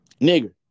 Nigger